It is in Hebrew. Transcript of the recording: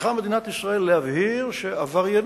צריכה מדינת ישראל להבהיר שעבריינים,